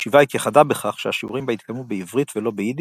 הישיבה התייחדה בכך שהשיעורים בה התקיימו בעברית ולא ביידיש,